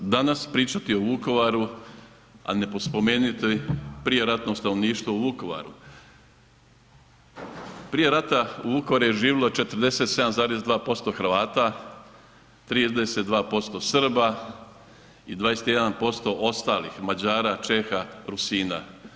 Danas pričati o Vukovaru, a ne spomenuti prijeratno stanovništvo u Vukovaru, prije rata u Vukovaru je živjelo 47,2% Hrvata, 32% Srba i 21% ostalih Mađara, Čeha, Rusina.